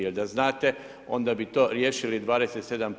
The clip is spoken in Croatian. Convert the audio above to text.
Jer da znate, onda bi to riješili 27%